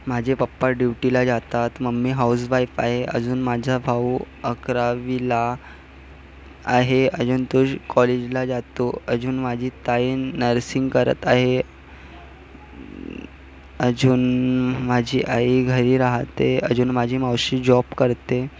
माझे पप्पा ड्यूटीला जातात मम्मी हाउस वाइफ आहे अजून माझा भाऊ अकरावीला आहे अजून तो कॉलेजला जातो अजून माझी ताई नर्सिंग करत आहे अजून माझी आई घरी राहते अजून माझी मावशी जॉब करते